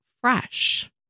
fresh